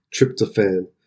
Tryptophan